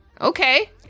Okay